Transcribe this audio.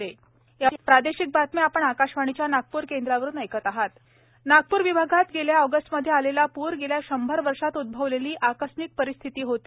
केंद्रीय पथक नागपूर नागपूर विभागात गेल्या ऑगस्टमध्ये आलेला पूर गेल्या शंभर वर्षात उद्भवलेली आकस्मिक परिस्थिती होती